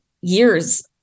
years